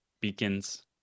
Beacons